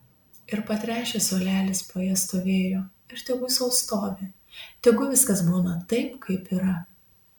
ir patręšęs suolelis po ja stovėjo ir tegu sau stovi tegu viskas būna taip kaip yra